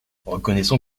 reconnaissons